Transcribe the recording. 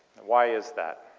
why is that?